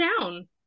down